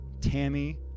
Tammy